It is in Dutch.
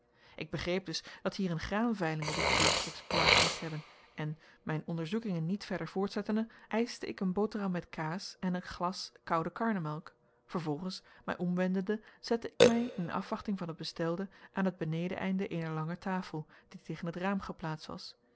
ik begreep dus dat hier een graanveiling of iets diergelijks plaats moest hebben en mijn onderzoekingen niet verder voortzettende eischte ik een boterham met kaas en een glas koude karnemelk vervolgens mij omwendende zette ik mij in afwachting van het bestelde aan het benedeneinde eener lange tafel die tegen het raam geplaatst was